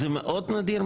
זה מאוד נדיר,